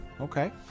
okay